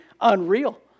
unreal